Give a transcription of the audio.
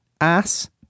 Ass